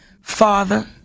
father